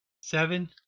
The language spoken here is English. seven